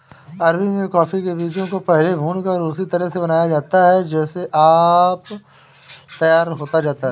अरब में कॉफी के बीजों को पहले भूनकर उसी तरह से बनाया जाता था जैसे अब तैयार किया जाता है